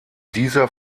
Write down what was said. dieser